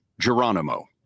Geronimo